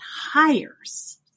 hires